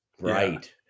Right